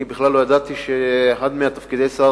אני בכלל לא ידעתי שאחד מתפקידי שר